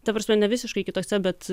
ta prasme ne visiškai kitose bet